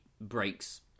breaks